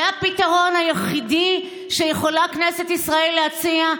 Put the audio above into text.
זה הפתרון היחיד שיכולה כנסת ישראל להציע?